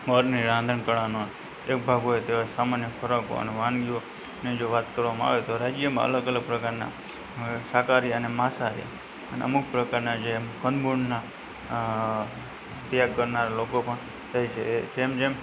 ગુજરાતની રાંધનકળાનો એક ભાગ હોય તેવો સામાન્ય ખોરાકો અને વાનગીઓની જો વાત કરવામાં આવે તો રાજ્યમાં અલગ અલગ પ્રકારના શાકાહારી અને માંસાહારી અને અમુક પ્રકારના જે કંદમૂળના અ ત્યાગ કરનારા લોકો પણ રહે છે એ જેમ જેમ